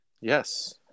yes